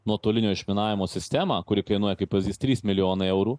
nuotolinio išminavimo sistemą kuri kainuoja kaip pavyzdys trys milijonai eurų